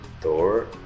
Thor